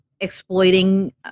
exploiting